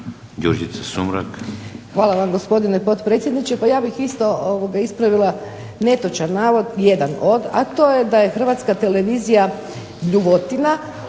Hvala vam gospodine potpredsjedniče. Pa ja bih isto ispravila netočan navod, jedan od, a to je da je Hrvatska televizija bljuvotina,